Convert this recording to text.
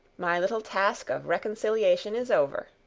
my little task of reconciliation is over.